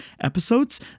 episodes